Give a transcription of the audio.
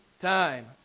time